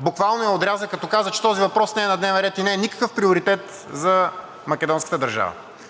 буквално я отряза, като каза, че този въпрос не е на дневен ред и не е никакъв приоритет за македонската държава.